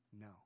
no